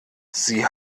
sie